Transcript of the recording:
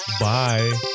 bye